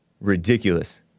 Ridiculous